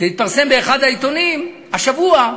שהתפרסמה באחד העיתונים השבוע,